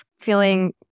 feeling